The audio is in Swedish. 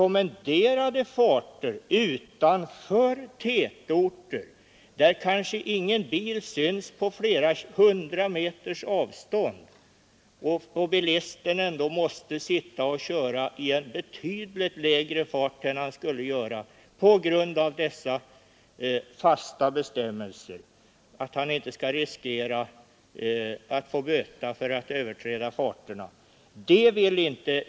Men utanför tätorter, där kanske ingen bil syns på flera hundra meters avstånd, måste bilisten ändå på grund av dessa fasta bestämmelser sitta och köra i en betydligt lägre fart än han annars skulle hålla, för att han inte skall riskera att få böta för överträdelse av fartgränserna.